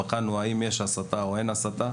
את התוכן על מנת לברר אם יש או אין הסתה.